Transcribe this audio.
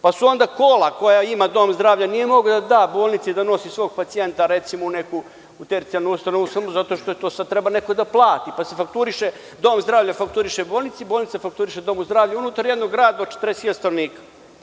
Pa, onda kola, koja ima dom zdravlja, nije mogao da da bolnici da nosi svog pacijenta recimo u neku tercijalnu ustanovu, samo zato što sada to treba neko da plati, pa se fakturiše, dom zdravlja fakturiše bolnici, bolnica fakturiše domu zdravlja, unutar jednog grada od 40 hiljada stanovnika.